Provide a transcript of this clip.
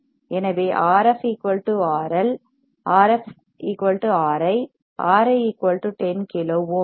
எனவே Rf RI 1 அல்லது Rf RI Rf Ri Ri 10 kilo ohms சரி